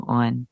on